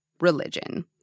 religion